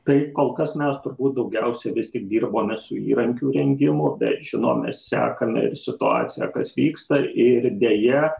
tai kol kas mes turbūt daugiausia vis tik dirbome su įrankių rengimu bet žinome sekame situaciją kas vyksta ir deja